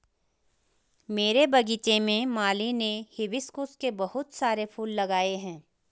मेरे बगीचे में माली ने हिबिस्कुस के बहुत सारे फूल लगाए हैं